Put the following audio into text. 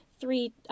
three